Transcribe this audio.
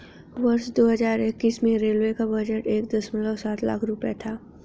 वर्ष दो हज़ार इक्कीस में रेलवे का बजट एक दशमलव सात लाख रूपये था